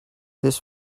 this